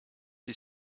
est